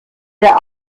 der